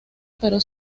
pero